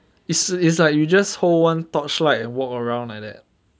it's like you just hold one torchlight and walk around like that